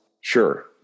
Sure